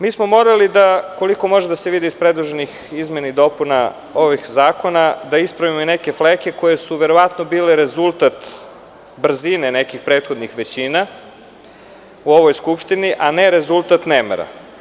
Mi smo morali da, koliko može da se vidi iz predloženih izmena i dopuna ovih zakona, ispravimo i neke fleke koje su verovatno bile rezultat brzine nekih prethodnih većina u ovoj Skupštini, a ne rezultat nemara.